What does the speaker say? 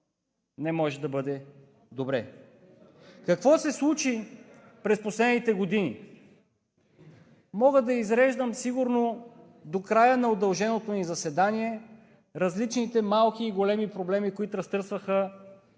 не може да бъде добре. Какво се случи през последните години? Мога да изреждам сигурно до края на удълженото ни заседание различните малки и големи проблеми, които разтърсваха